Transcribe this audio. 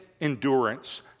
endurance